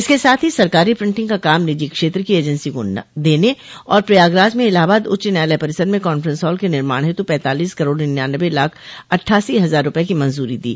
इसके साथ ही सरकारी प्रिंटिंग का काम निजी क्षेत्र की एजेंसी को देने और प्रयागराज में इलाहाबाद उच्च न्यायालय परिसर में कांफेंस हाल के निर्माण हेतु पैतालीस करोड़ निन्यानन्बे लाख अट्ठासी हजार रूपये की मंजूरी दी